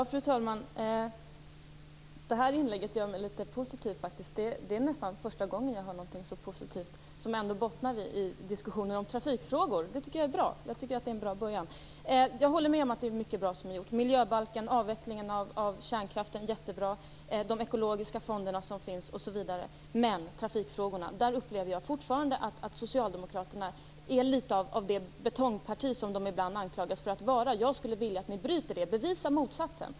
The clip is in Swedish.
Fru talman! Det här inlägget gör mig litet positiv faktiskt. Det är nästan första gången jag hör någonting så positivt som ändå bottnar i diskussionen om trafikfrågor. Det tycker jag är bra. Det är en bra början. Jag håller med om att det är mycket bra som har gjorts. Miljöbalken, avvecklingen av kärnkraften, det är jättebra, de ekologiska fonder som finns osv. Men i trafikfrågorna upplever jag fortfarande att socialdemokraterna är litet av det betongparti som de ibland anklagas för att vara. Jag skulle vilja att ni bryter det. Bevisa motsatsen!